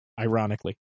Ironically